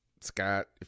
scott